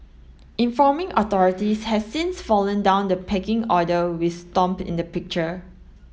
informing authorities has since fallen down the pecking order with Stomp in the picture